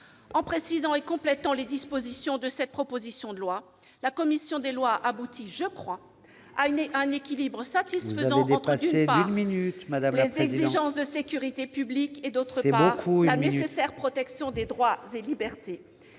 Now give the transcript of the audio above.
En précisant et complétant les dispositions de cette proposition de loi, la commission des lois a abouti, je crois, à un équilibre satisfaisant entre les exigences de sécurité publique et la nécessaire protection des droits et libertés.